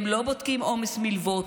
הם לא בודקים עומס מלוות.